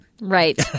right